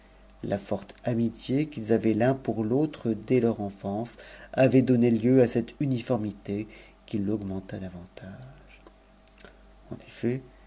la fortf amitié qu'ils avaient l'un pour l'autre dès leur enfance avait donné lieu a cette uniformité qui l'augmenta davantage en effet